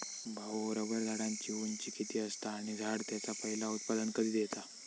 भाऊ, रबर झाडाची उंची किती असता? आणि झाड त्याचा पयला उत्पादन कधी देता?